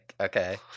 okay